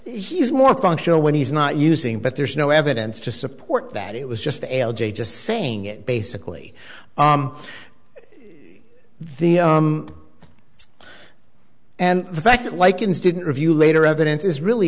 he's more functional when he's not using but there's no evidence to support that it was just a l j just saying it basically the and the fact that likens didn't review later evidence is really